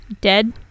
Dead